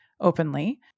openly